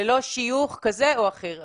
ללא שיוך כזה או אחר,